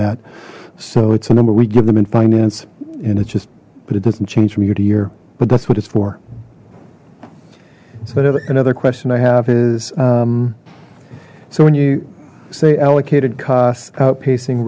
that so it's a number we give them in finance and it's just but it doesn't change from year to year but that's what it's for so another question i have is so when you say allocated costs outpacing